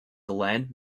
glenn